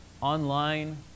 online